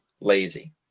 lazy